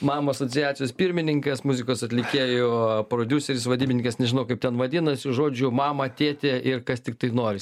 mama asociacijos pirmininkas muzikos atlikėjų prodiuseris vadybininkas nežinau kaip ten vadinasi žodžiu mama tėtė ir kas tiktai noris